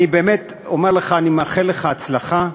אני באמת אומר לך, אני מאחל לך הצלחה.